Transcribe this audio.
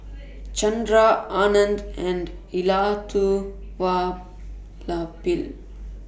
Chandra Anand and Elattuvalapil